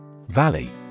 valley